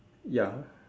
ya